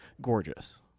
gorgeous